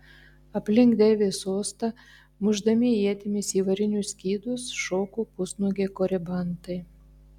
aplink deivės sostą mušdami ietimis į varinius skydus šoko pusnuogiai koribantai